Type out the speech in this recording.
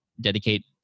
dedicate